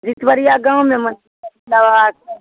विश्वारिया गाँव में मंदिर भोले बाबा का